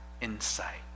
insight